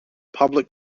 public